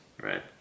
right